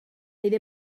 jde